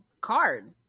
card